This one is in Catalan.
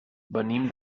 venim